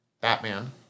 Batman